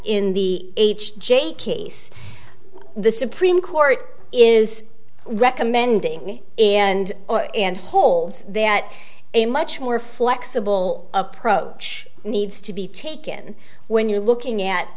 in the h j case the supreme court is recommending and and holds there at a much more flexible approach needs to be taken when you're looking at